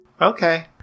Okay